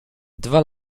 dwa